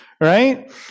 right